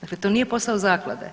dakle to nije posao Zaklade.